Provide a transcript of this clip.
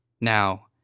Now